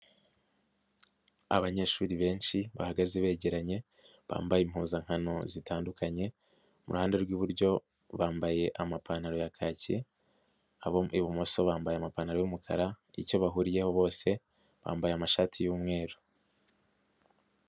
Abanyeshuri benshi bahagaze begeranye, bambaye impuzankano zitandukanye, ku ruhande rw'iburyo bambaye amapantaro ya kaki, ibumoso bambaye amapantaro y'umukara, icyo bahuriyeho bose bambaye amashati y'umweru.